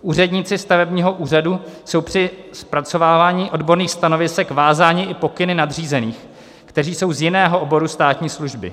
Úředníci stavebního úřadu jsou při zpracovávání odborných stanovisek vázáni i pokyny nadřízených, kteří jsou z jiného oboru státní služby.